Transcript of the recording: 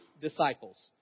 disciples